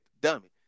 dummy